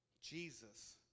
Jesus